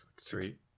Three